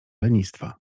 lenistwa